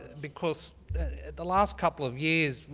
because the last couple of years,